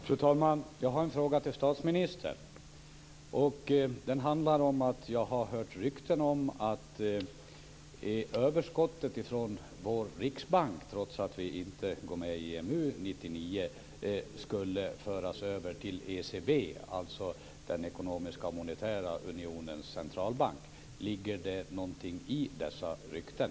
Fru talman! Jag har en fråga till statsministern. Jag har hört rykten att överskottet från vår riksbank - trots att vi inte går med i EMU 1999 - skulle föras över till ECB, dvs. den ekonomiska och monetära unionens centralbank. Ligger det någonting i dessa rykten?